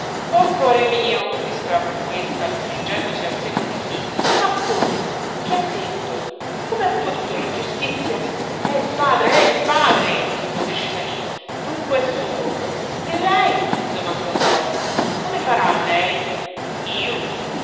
oh cuore mio esclamò questa stringendosi al seno ninnì ma come che ha detto come ha potuto la giustizia è il padre è il padre rispose cesarino dunque è suo e lei domandò rosa come farà lei io